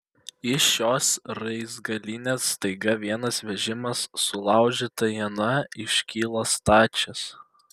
iš šios raizgalynės staiga vienas vežimas sulaužyta iena iškyla stačias